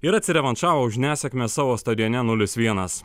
ir atsirevanšavo už nesėkmę savo stadione nulis vienas